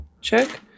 check